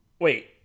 Wait